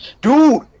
Dude